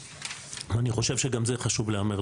אני חושב שגם זה חשוב להיאמר,